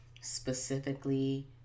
specifically